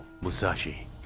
Musashi